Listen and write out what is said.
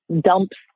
dumps